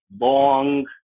long